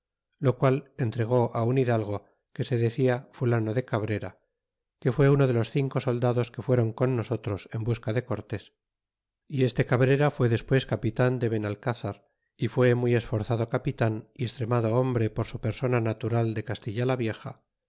lo qual estregó aun hidalgo quese decia fulano de cabrese que fué uno de los cinco soldados que fueron con nosotros en busca de cortés y este cabrera fue despues capitan de venalcazar y fue muy esforzado capitan y extremado hombre por su persona natural de castilla la vieja